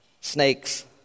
Snakes